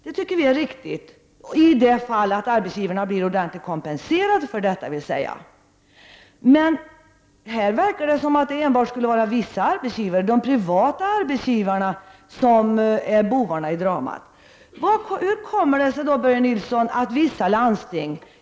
Det tycker vi är riktigt, dvs. om arbetsgivarna blir ordentligt kompenserade för det. Men här verkar det som om det enbart skulle vara vissa arbetsgivare — de privata — som är bovarna i dramat.